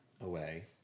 away